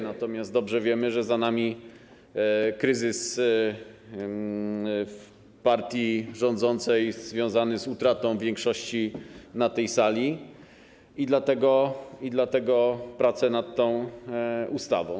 Natomiast dobrze wiemy, że za nami kryzys w partii rządzącej związany z utratą większości na tej sali, i dlatego trwają prace nad tą ustawą.